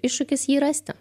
iššūkis jį rasti